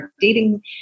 dating